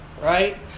right